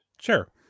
Sure